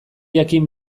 jakin